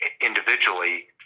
individually